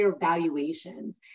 valuations